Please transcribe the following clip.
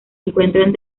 encuentran